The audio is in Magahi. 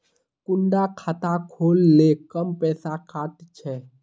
कुंडा खाता खोल ले कम पैसा काट छे?